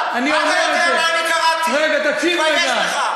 תקשיב רגע.